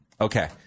Okay